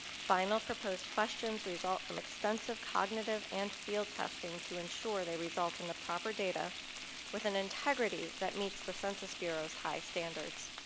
final proposed questions result from extensive cognitive and field testing to ensure they result in the proper data within an integrity that meets the census bureau's high standards.